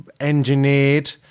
engineered